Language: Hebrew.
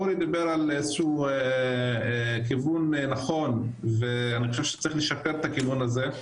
אורי דיבר על איזשהו כיוון נכון ואני חושב שצריך לשפר את הכיוון הזה,